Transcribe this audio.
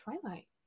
Twilight